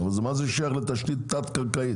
אבל מה זה שייך לתשתית תת-קרקעית?